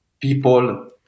people